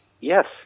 Yes